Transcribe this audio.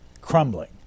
crumbling